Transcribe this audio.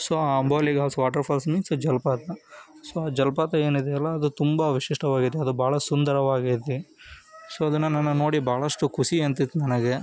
so ಆ Amboli ghats water falls means ಜಲಪಾತ so ಆ ಜಲಪಾತ ಏನಿದೆ ಅಲ್ಲ ಅದು ತುಂಬ ವಿಶಿಷ್ಟವಾಗಿದೆ ಅದು ಭಾಳ ಸುಂದರವಾಗಿದೆ ಸೊ ಅದನ್ನೆಲ್ಲ ನೋಡಿ ಭಾಳಷ್ಟು ಖುಷಿ ಆಗ್ತಿತ್ತು ನನಗ